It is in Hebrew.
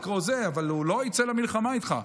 אבל הוא לא יצא למלחמה איתך.